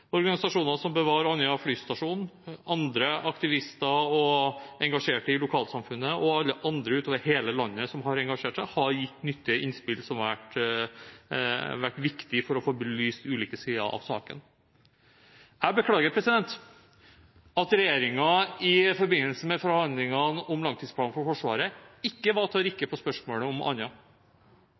Organisasjoner som Bevar Andøya Flystasjon, andre aktivister og engasjerte i lokalsamfunnet og alle andre utover hele landet som har engasjert seg, har gitt nyttige innspill, som har vært viktig for å få belyst ulike sider av saken. Jeg beklager at regjeringen i forbindelse med forhandlingene om langtidsplanen for Forsvaret ikke var til å rikke i spørsmålet om